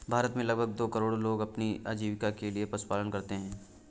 भारत में लगभग दो करोड़ लोग अपनी आजीविका के लिए पशुपालन करते है